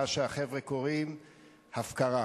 מה שהחבר'ה קוראים "הפקרה".